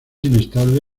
inestable